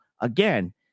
again